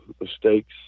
mistakes